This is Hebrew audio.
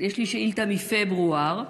יש לי שאילתה מפברואר,